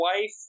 wife